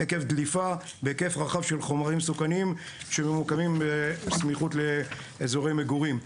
עקב דליפה בהיקף רחב של חומרים מסוכנים שממוקמים בסמיכות לאזורי מגורים.